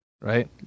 right